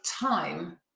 time